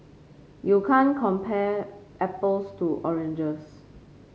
you can't compare apples to oranges